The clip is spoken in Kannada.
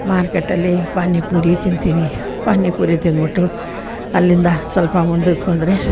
ಮಾರ್ಕೆಟಲ್ಲಿ ಪಾನಿಪುರಿ ತಿಂತೀನಿ ಪಾನಿಪುರಿ ತಿಂದುಬಿಟ್ಟು ಅಲ್ಲಿಂದ ಸ್ವಲ್ಪ ಮುಂದುಕ್ಹೋದರೆ